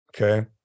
Okay